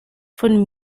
von